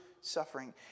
suffering